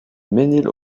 mesnil